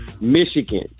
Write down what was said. Michigan